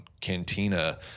cantina